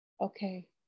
Okay